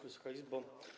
Wysoka Izbo!